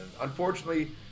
unfortunately